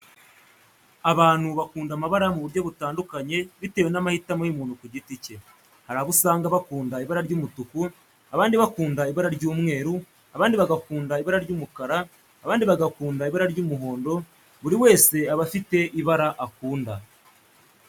Abantu bakunda amabara mu buryo butandukanye bitewe n'amahitamo y'umuntu ku giti cye. Hari abo usanga bakunda ibara ry'umutuku, abandi bakunda ibara ry'umweru, abandi bagakunda ibara ry'umukara, abandi bagakunda ibara ry'umuhondo buri wese aba afite ibara akunda.